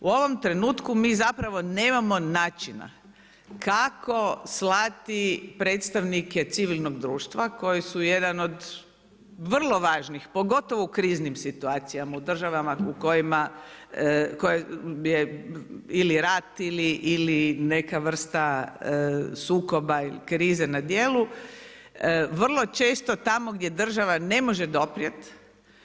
U ovom trenutku mi zapravo nemamo načina, kako slati predstavnike civilnog društva koji su jedan od vrlo važnih, pogotovo u kriznim situacijama, u državama koje je ili rat ili neka vrsta sukoba ili krize na dijelu, vrlo često tamo gdje država ne može doprijeti.